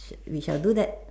sh~ we shall do that